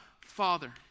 Father